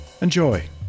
enjoy